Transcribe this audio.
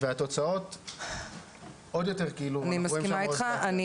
והתוצאות עוד יותר אנחנו רואים אוזלת יד.